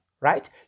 right